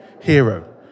Hero